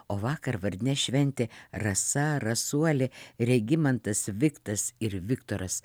o vakar vardinė šventė rasa rasuolė regimantas viktas ir viktoras